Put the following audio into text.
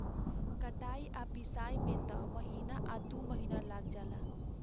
कटाई आ पिटाई में त महीना आ दु महीना लाग जाला